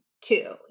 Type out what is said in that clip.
Two